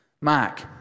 Mark